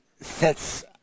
sets